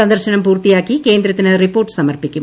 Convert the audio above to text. സന്ദർശനം പൂർത്തിയാക്കി കേന്ദ്രത്തിന് റിപ്പോർട്ട് സമർപ്പിക്കും